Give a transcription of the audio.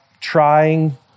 trying